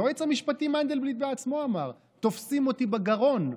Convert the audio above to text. היועץ המשפטי מנדלבליט בעצמו אמר: תופסים אותי בגרון.